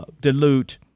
dilute